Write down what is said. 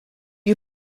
you